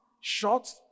short